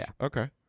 Okay